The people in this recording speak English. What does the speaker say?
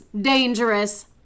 dangerous